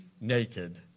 naked